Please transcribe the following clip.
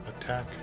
attack